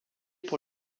pour